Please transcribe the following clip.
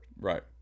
Right